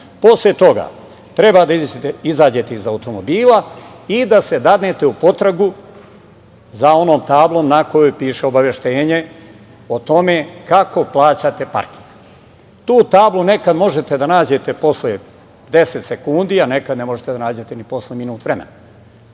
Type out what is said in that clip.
čovek. Posle toga treba da izađete iz automobila i da se date u potragu za onom tablom na kojoj piše obaveštenje o tome kako plaćate parking. Tu tablu nekad možete da nađete posle 10 sekundi a nekad ne možete da nađete ni posle minut vremena.